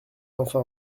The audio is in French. enfin